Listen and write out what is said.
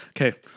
okay